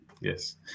Yes